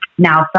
Now